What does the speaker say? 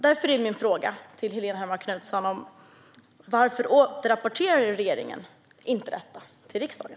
Därför är min fråga till Helene Hellmark Knutsson: Varför återrapporterar regeringen inte om detta till riksdagen?